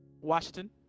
washington